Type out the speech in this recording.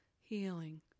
healing